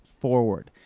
forward